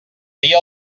dia